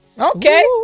Okay